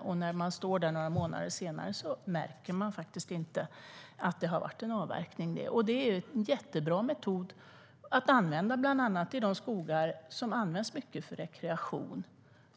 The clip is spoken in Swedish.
Och när man står där några månader senare märker man faktiskt inte att det har varit en avverkning. Det är en jättebra metod att använda, bland annat i skogar som används mycket för rekreation